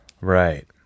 right